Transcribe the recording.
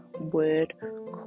word